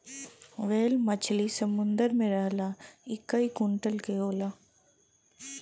whale मछरी समुंदर में रहला इ कई कुंटल क होला